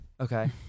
Okay